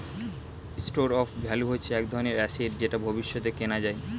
store of value হচ্ছে এক ধরনের অ্যাসেট যেটা ভবিষ্যতে কেনা যায়